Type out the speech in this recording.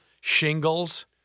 shingles